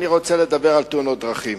אני רוצה לדבר על תאונות הדרכים.